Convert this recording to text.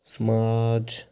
ਸਮਾਜ